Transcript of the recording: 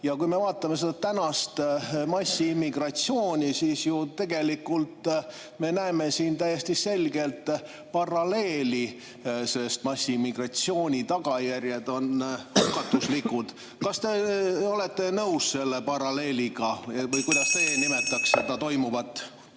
Kui me vaatame tänast massiimmigratsiooni, siis ju me näeme siin täiesti selgelt paralleeli, sest massiimmigratsiooni tagajärjed on hukatuslikud. Kas te olete nõus selle paralleeliga või kuidas teie nimetaks seda toimuvat?